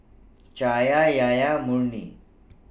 Cahaya Yahaya Murni